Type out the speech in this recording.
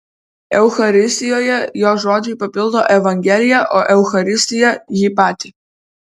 eucharistijoje jo žodžiai papildo evangeliją o eucharistija jį patį